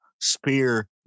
spear